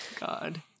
God